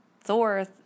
Thor